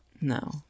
No